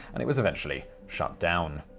and it was eventually shut down.